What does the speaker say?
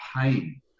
pain